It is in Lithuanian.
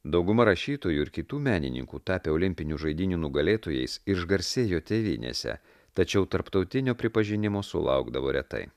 dauguma rašytojų ir kitų menininkų tapę olimpinių žaidynių nugalėtojais išgarsėjo tėvynėse tačiau tarptautinio pripažinimo sulaukdavo retai